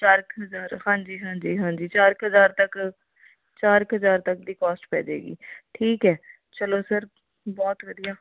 ਚਾਰ ਕ ਹਜ਼ਾਰ ਹਾਂਜੀ ਹਾਂਜੀ ਹਾਂਜੀ ਚਾਰ ਕ ਹਜ਼ਾਰ ਤੱਕ ਚਾਰ ਕ ਹਜ਼ਾਰ ਤੱਕ ਦੀ ਕੋਸਟ ਪੈ ਜਾਏਗੀ ਠੀਕ ਹੈ ਚਲੋ ਸਰ ਬਹੁਤ ਵਧੀਆ